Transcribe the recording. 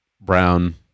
brown